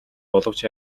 боловч